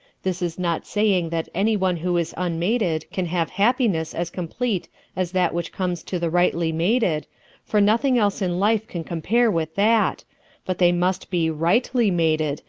this is not saying that any one who is unmated can have happiness as complete as that which comes to the rightly mated for nothing else in life can compare with that but they must be rightly mated,